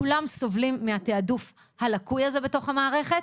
כולם סובלים מהתעדוף הלקוי הזה בתוך המערכת,